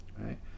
right